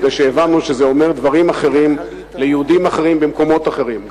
מפני שהבנו שזה אומר דברים אחרים ליהודים אחרים במקומות אחרים.